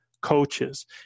coaches